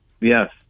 Yes